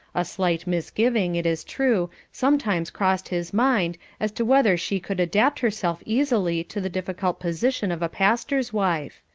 a slight misgiving, it is true, sometimes crossed his mind as to whether she could adapt herself easily to the difficult position of a pastor's wife.